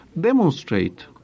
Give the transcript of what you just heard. demonstrate